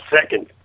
second